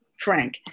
frank